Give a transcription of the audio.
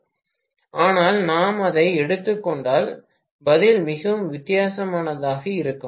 மாணவர் ஆனால் நாம் அதை எடுத்துக் கொண்டால் பதில் மிகவும் வித்தியாசமாக இருக்கும்